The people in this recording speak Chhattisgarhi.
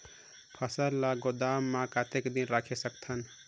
फसल ला गोदाम मां कतेक दिन रखे सकथन?